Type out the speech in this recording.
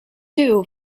too